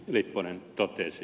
lipponen totesi